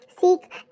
Seek